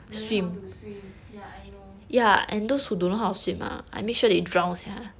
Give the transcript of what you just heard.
learn how to swim ya I know